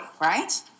right